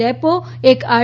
depot એક R